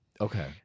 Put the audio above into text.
Okay